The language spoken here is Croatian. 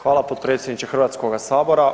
Hvala potpredsjedniče Hrvatskoga sabora.